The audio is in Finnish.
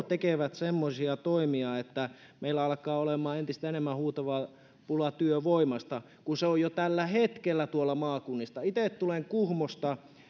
tekevät semmoisia toimia että meillä alkaa olemaan entistä enemmän huutava pula työvoimasta kun se on jo tällä hetkellä tuolla maakunnissa itse tulen kuhmosta